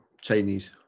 chinese